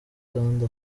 kandi